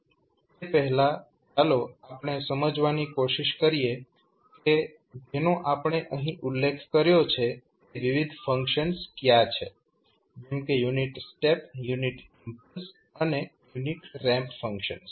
તે પહેલાં ચાલો આપણે સમજવાની કોશિશ કરીએ કે જેનો આપણે અહીં ઉલ્લેખ કર્યો છે તે વિવિધ ફંક્શન્સ કયા છે જેમ કે યુનિટ સ્ટેપ યુનિટ ઇમ્પલ્સ અને યુનિટ રેમ્પ ફંક્શન્સ